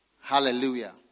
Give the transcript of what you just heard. Hallelujah